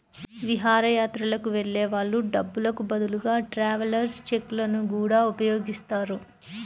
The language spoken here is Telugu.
విహారయాత్రలకు వెళ్ళే వాళ్ళు డబ్బులకు బదులుగా ట్రావెలర్స్ చెక్కులను గూడా ఉపయోగిస్తారు